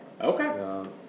Okay